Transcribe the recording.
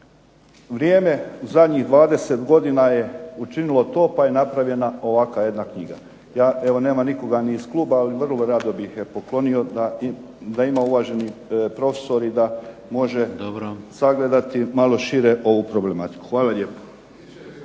Vrijeme zadnjih 20 godina je to pa je napravljena ovakva jedna knjiga. Nema nikoga iz Kluba ali vrlo rado bih je poklonio da je ima cijenjeni profesor i da može sagledati malo šire ovu problematiku. Hvala lijepo.